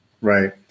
Right